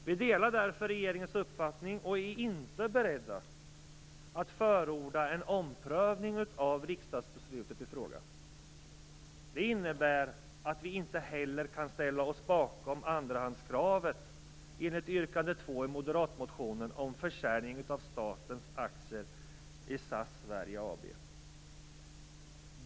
Vi delar därför regeringens uppfattning och är inte beredda att förorda en omprövning av riksdagsbeslutet i fråga. Det innebär att vi inte heller kan ställa oss bakom andrahandskravet enligt yrkande 2 i moderatmotionen om försäljning av statens aktier i SAS Sverige AB.